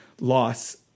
loss